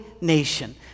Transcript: nation